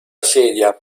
sedia